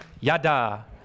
Yada